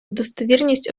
достовірність